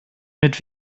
mit